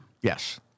Yes